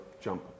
jump